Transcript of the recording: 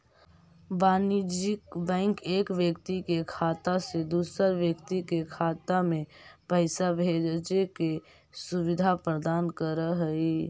वाणिज्यिक बैंक एक व्यक्ति के खाता से दूसर व्यक्ति के खाता में पैइसा भेजजे के सुविधा प्रदान करऽ हइ